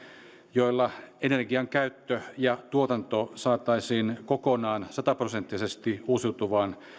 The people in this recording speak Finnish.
joilla energiankäyttö ja tuotanto saataisiin kokonaan sataprosenttisesti uusiutuvaan